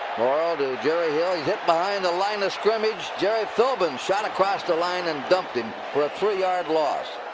morrall to jerry hill. he's hit behind and the line of scrimmage. gerry philbin shot across the line and dumped him for a three yard loss.